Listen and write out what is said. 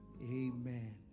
amen